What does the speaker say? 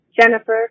Jennifer